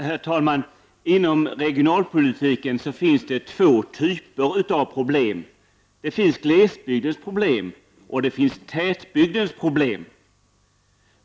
Herr talman! Inom regionalpolitiken finns det två typer av problem: glesbygdens problem och tätbygdens problem.